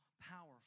powerful